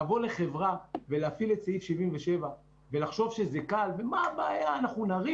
לבוא לחברה ולהפעיל את סעיף 77 ולחשוב שזה קל ואין בעיה להרים